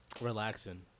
Relaxing